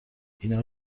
اینا